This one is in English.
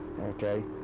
okay